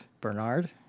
Bernard